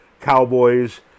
Cowboys